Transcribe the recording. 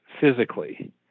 physically